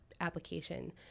application